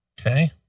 Okay